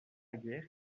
guerre